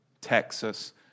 Texas